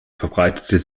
verbreitet